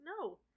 No